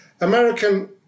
American